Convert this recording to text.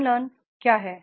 unlearn क्या है